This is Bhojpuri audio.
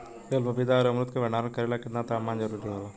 बेल पपीता और अमरुद के भंडारण करेला केतना तापमान जरुरी होला?